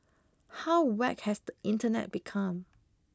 how whacked has the internet become